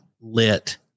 lit